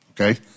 Okay